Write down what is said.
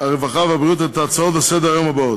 את ההצעות לסדר-היום שלהלן: